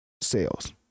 sales